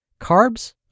Carbs